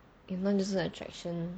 if no attraction